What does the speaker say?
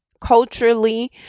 culturally